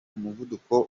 muvuduko